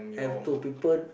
have to people